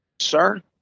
sir